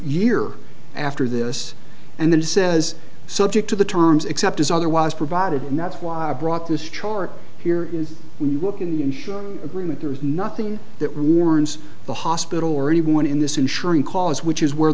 year after this and then says subject to the terms except as otherwise provided and that's why i brought this chart here is when you look in agreement there is nothing that warrants the hospital or anyone in this insuring cause which is where